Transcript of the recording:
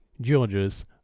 George's